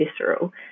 visceral